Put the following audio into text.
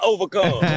Overcome